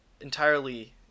entirely